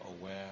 aware